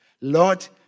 Lord